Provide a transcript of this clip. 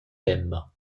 tema